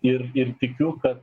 ir ir tikiu kad